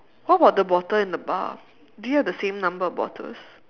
what about the bottle in the bar do you have the same number of bottles